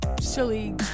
silly